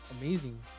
amazing